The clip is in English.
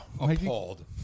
appalled